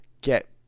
get